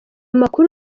makuru